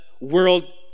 world